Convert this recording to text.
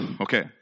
Okay